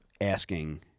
asking